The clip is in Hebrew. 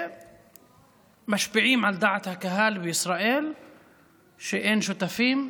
ומשפיעים על דעת הקהל בישראל שאין שותפים,